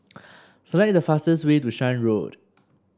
select the fastest way to Shan Road